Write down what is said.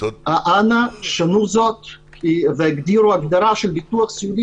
אנא שנו זאת והגדירו הגדרה של ביטוח סיעודי